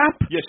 Yes